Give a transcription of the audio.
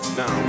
now